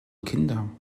kinder